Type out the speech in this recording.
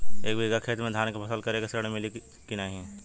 एक बिघा खेत मे धान के फसल करे के ऋण मिली की नाही?